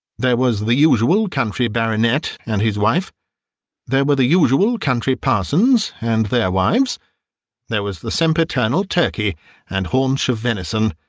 there was the usual country baronet and his wife there were the usual country parsons and their wives there was the sempiternal turkey and haunch of venison.